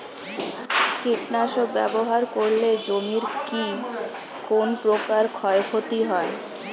কীটনাশক ব্যাবহার করলে জমির কী কোন প্রকার ক্ষয় ক্ষতি হয়?